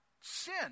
sin